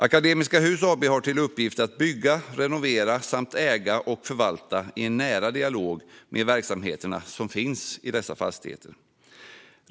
Akademiska Hus AB har till uppgift att bygga, renovera samt äga och förvalta i nära dialog med de verksamheter som finns i fastigheterna.